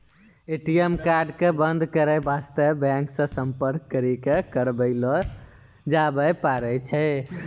ATM card क बन्द करै बास्ते बैंक से सम्पर्क करी क करबैलो जाबै पारै छै